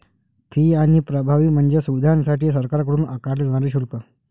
fee आणि प्रभावी म्हणजे सुविधांसाठी सरकारकडून आकारले जाणारे शुल्क